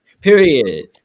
period